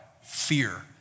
fear